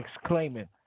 exclaiming